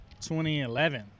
2011